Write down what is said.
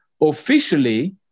Officially